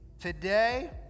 Today